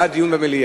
בעד דיון במליאה.